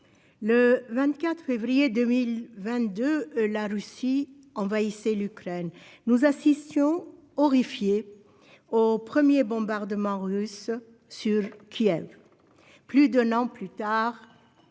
le 24 février 2022, la Russie envahissait l'Ukraine. Nous assistions, horrifiés, aux premiers bombardements russes sur Kiev. Plus d'un an après,